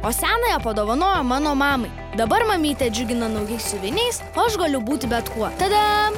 o senąją padovanojo mano mamai dabar mamytė džiugina naujais siuviniais o aš galiu būti bet kuo ta dam